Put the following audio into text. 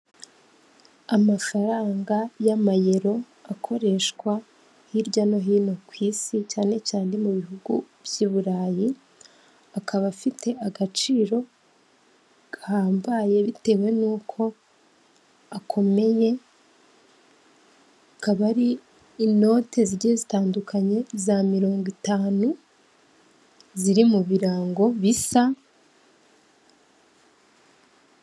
Amafaranga y'amayero akoreshwa hirya no hino ku isi cyane cyane mu bihugu by'i Burayi, akaba afite agaciro gahambaye bitewe nuko akomeye, akaba ari inote zigiye zitandukanye za mirongo itanu ziri mu birango bisa.